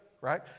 right